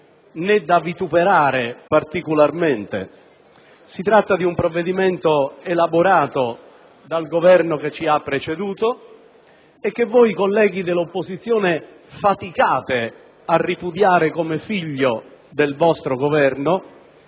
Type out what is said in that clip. né da vituperare particolarmente. È un provvedimento elaborato dal Governo precedente e che voi, colleghi dell'opposizione, faticate a ripudiare come figlio del vostro Governo;